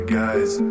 guys